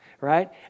right